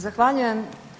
Zahvaljujem.